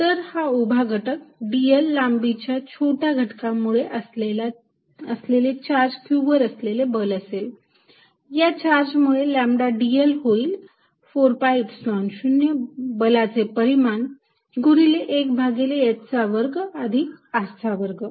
तर हा उभा घटक dl लांबीच्या छोट्या घटकामुळे असलेले चार्ज q वर असलेले बल असेल या चार्जमुळे लॅम्बडा dl होईल 4 pi Epsilon 0 बलाचे परिमाण गुणिले 1 भागिले h चा वर्ग अधिक R चा वर्ग